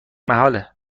محاله